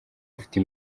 ufite